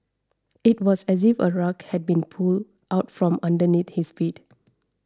it was as if a rug had been pulled out from underneath his feet